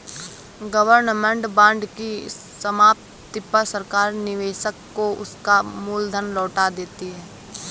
government bond की समाप्ति पर सरकार निवेशक को उसका मूल धन लौटा देती है